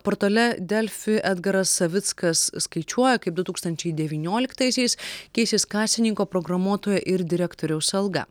portale delfi edgaras savickas skaičiuoja kaip du tūkstančiai devynioliktaisias keisis kasininko programuotojo ir direktoriaus alga